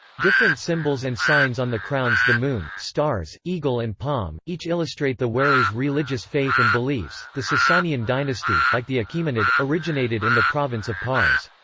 different symbols and signs on the crowns-the moon, stars, eagle and palm, each illustrate the wearer's religious faith and beliefs the sasanian dynasty, like the achaemenid, originated in the province of pars.